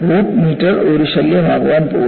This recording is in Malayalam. റൂട്ട് മീറ്റർ ഒരു ശല്യം ആകാൻ പോകുന്നു